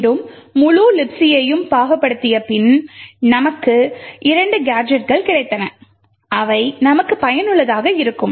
மீண்டும் முழு Libc யும் பாகுபடுத்திய பின் நமக்கு இரண்டு கேஜெடுகள் கிடைத்தன அவை நமக்கு பயனுள்ளதாக இருக்கும்